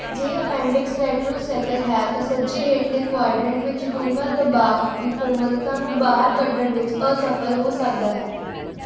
ਜੇ appendix retrocaecal ਹੈ ਤਾਂ ਸੱਜੇ ਹੇਠਲੇ ਕੁਆਡਰੈਂਟ ਵਿੱਚ ਡੂੰਘਾ ਦਬਾਅ ਵੀ ਕੋਮਲਤਾ ਨੂੰ ਬਾਹਰ ਕੱਢਣ ਵਿੱਚ ਅਸਫਲ ਹੋ ਸਕਦਾ ਹੈ